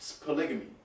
polygamy